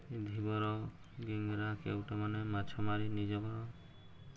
ଧିବର ଗିଙ୍ଗରା କେଉଁଟମାନେ ମାଛ ମାରି ନିଜର